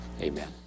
Amen